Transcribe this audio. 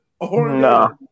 No